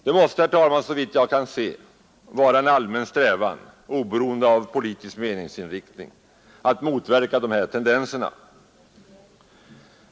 Det måste, herr talman, såvitt jag kan se vara en allmän strävan, oberoende av politisk meningsinriktning, att motverka sådana tendenser.